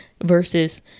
versus